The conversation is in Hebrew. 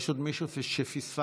יש עוד מישהו שפספסתי?